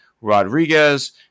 Rodriguez